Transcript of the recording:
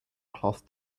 cloth